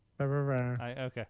Okay